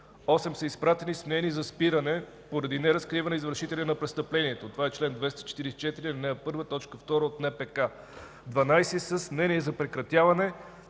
8 са изпратени с мнение за спиране поради неразкриване на извършителя на престъплението – това е чл. 244, ал. 1, т. 2 от НПК; 12 са с мнение за прекратяване,